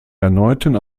erneuten